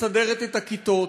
מסדרת את הכיתות,